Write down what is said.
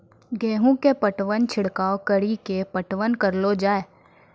गेहूँ के पटवन छिड़काव कड़ी के पटवन करलो जाय?